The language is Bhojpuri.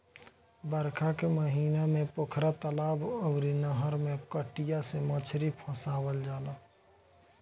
बरखा के महिना में पोखरा, तलाब अउरी नहर में कटिया से मछरी फसावल जाला